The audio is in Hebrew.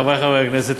חברי חברי הכנסת,